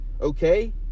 okay